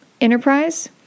enterprise